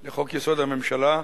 לחוק-יסוד: הממשלה,